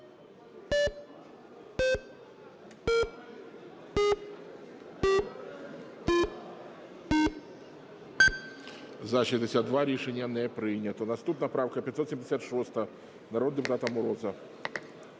За-62 Рішення не прийнято. Наступна правка 576 народного депутата Мороза.